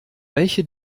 welche